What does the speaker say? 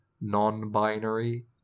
non-binary